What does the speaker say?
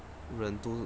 人都